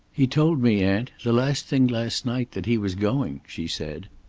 he told me, aunt, the last thing last night that he was going, she said.